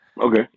okay